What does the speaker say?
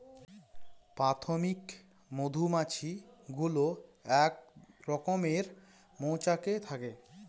প্রাথমিক মধুমাছি গুলো এক রকমের মৌচাকে থাকে